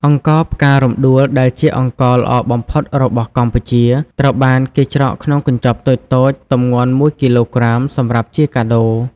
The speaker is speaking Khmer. អង្ករផ្ការំដួលដែលជាអង្ករល្អបំផុតរបស់កម្ពុជា ត្រូវបានគេច្រកក្នុងកញ្ចប់តូចៗទម្ងន់មួយគីឡូក្រាមសម្រាប់ជាកាដូ។